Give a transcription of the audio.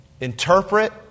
Interpret